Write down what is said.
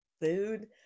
food